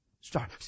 start